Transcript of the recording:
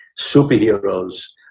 superheroes